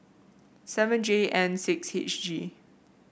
seven J N six H G